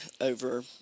over